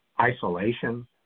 isolation